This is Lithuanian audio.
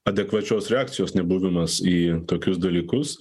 adekvačios reakcijos nebuvimas į tokius dalykus